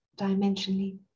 dimensionally